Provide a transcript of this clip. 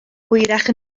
hwyrach